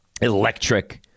Electric